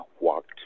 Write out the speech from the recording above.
walked